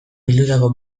bildutako